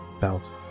belt